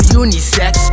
unisex